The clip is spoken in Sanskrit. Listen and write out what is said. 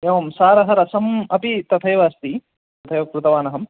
एवं सारः रसम् अपि तथैव अस्ति तथैव कृतवान् अहम्